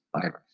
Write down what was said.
virus